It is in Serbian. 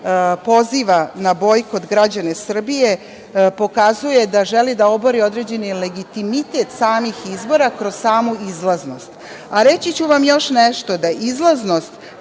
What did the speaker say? poziva na bojkot građane Srbije pokazuje da želi da obori određeni legitimitet samih izbora kroz samu izlaznost. Reći ću vam još nešto, izlaznost,